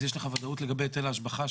אז יש לך ודאות לגבי היטל ההשבחה,